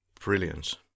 Brilliance